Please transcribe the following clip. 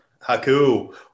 Haku